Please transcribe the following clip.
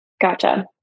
Gotcha